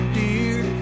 dear